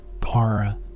Para